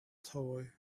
toy